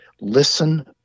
listen